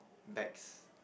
bags